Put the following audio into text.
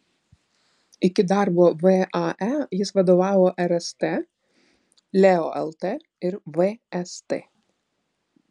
iki darbo vae jis vadovavo rst leo lt ir vst